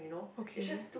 okay